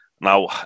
Now